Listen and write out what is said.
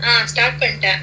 uh started